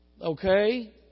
Okay